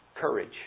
Courage